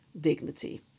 dignity